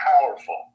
powerful